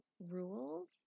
rules